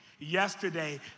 Yesterday